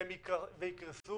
והם יקרסו